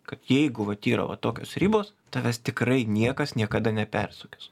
kad jeigu vat yra va tokios ribos tavęs tikrai niekas niekada nepersekios